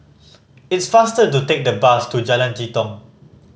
it's faster to take the bus to Jalan Jitong